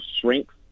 shrinks